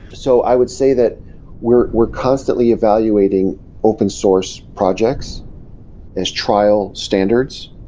so i would say that we're we're constantly evaluating open source projects as trial standards,